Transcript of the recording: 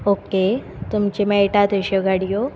okay तुमच्यो मेळटा तश्यो गाडयो